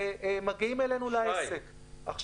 ומגיעים אלינו לעסק.